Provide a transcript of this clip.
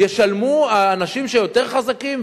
האנשים שהם יותר חזקים,